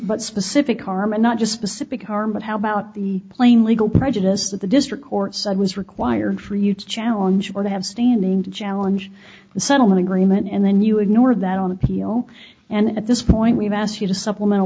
but specific harm and not just specific harm but how about the plain legal prejudice that the district court said was required for you to challenge or to have standing to challenge the settlement agreement and then you ignore that on appeal and at this point we've asked you to supplemental